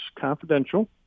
confidential